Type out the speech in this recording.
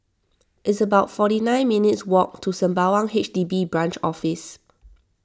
it's about forty nine minutes' walk to Sembawang H D B Branch Office